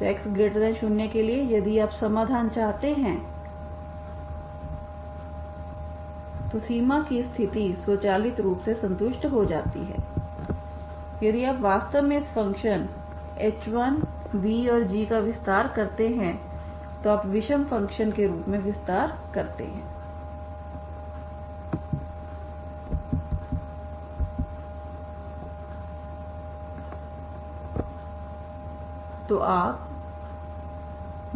तो x0 के लिए यदि आप समाधान चाहते हैं तो सीमा की स्थिति स्वचालित रूप से संतुष्ट हो जाती है यदि आप वास्तव में इस फ़ंक्शन h1 v और g का विस्तार करते हैं तो आप एक विषम फंक्शन के रूप में विस्तार करते हैं